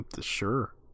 Sure